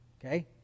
Okay